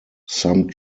some